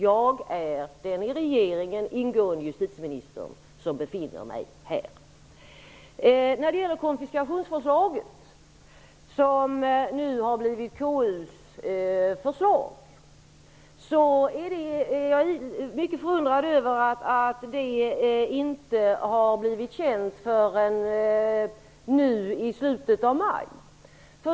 Jag är den i regeringen ingående justitieministern, som befinner mig här i denna kammare. När det gäller konfiskationsförslaget, som har blivit KU:s förslag, är jag mycket förundrad över att det inte har blivit känt förrän nu, i slutet av maj.